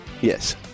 Yes